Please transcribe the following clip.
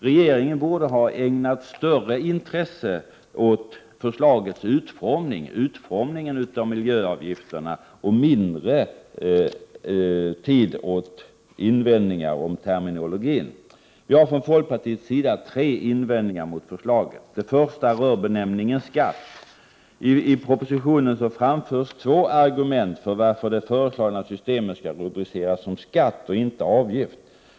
Regeringen borde ha ägnat större intresse åt förslagets utformning — utformningen av miljöavgifterna — och mindre tid åt invändningar i fråga om terminologin. Vi har från folkpartiets sida tre invändningar mot förslaget: Den första rör benämningen skatt. I propositionen anförs två argument för att det föreslagna systemet skall rubriceras ”skatt” och inte ”avgift”.